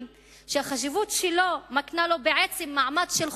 שהחשיבות שלו מקנה לו בעצם מעמד של חוקה,